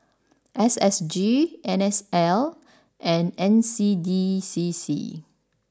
S S G N S L and N C D C C